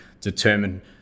determine